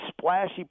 splashy